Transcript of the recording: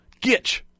gitch